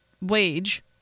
wage